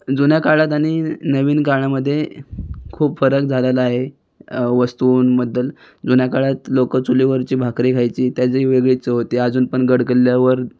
जुन्या काळात आणि नवीन काळामध्ये खुप फरक झालेला आहे वस्तूंबद्धल जुन्या काळात लोकं चुलीवरची भाकरी खायची त्याचीही वेगळी चव होती अजून पण गडकिल्ल्यावर